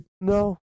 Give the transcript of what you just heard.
No